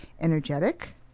energetic